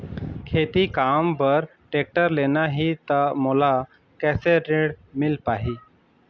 खेती काम बर टेक्टर लेना ही त मोला कैसे ऋण मिल पाही?